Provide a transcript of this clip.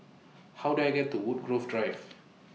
How Do I get to Woodgrove Drive